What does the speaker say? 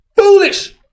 foolish